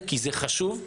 זה חשוב.